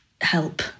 help